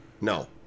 no